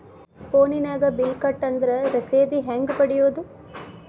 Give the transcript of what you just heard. ಫೋನಿನಾಗ ಬಿಲ್ ಕಟ್ಟದ್ರ ರಶೇದಿ ಹೆಂಗ್ ಪಡೆಯೋದು?